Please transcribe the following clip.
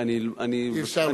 אי-אפשר לומר,